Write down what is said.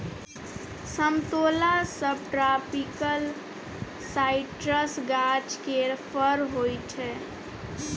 समतोला सबट्रापिकल साइट्रसक गाछ केर फर होइ छै